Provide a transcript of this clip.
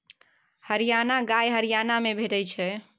हरियाणा गाय हरियाणा मे भेटै छै